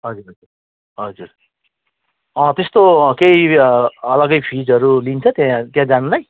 हजुर हजुर अँ त्यस्तो केही अलग्गै फिजहरू लिन्छ त्यहाँ त्यहाँ जानुलाई